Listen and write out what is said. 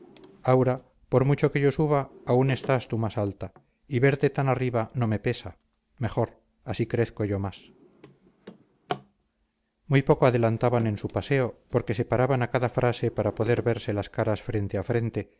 aura por mucho que yo suba aún estás tú más alta y verte tan arriba no me pesa mejor así crezco yo más muy poco adelantaban en su paseo porque se paraban a cada frase para poder verse las caras frente a frente